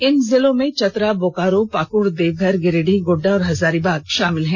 इन जिलों में चतरा बोकारो पाकुड़ देवघर गिरिडीह गोड़डा और हजारीबाग शामिल हैं